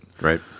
Right